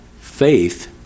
faith